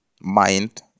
mind